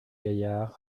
gaillard